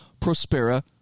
Prospera